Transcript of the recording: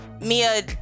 Mia